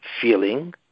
feeling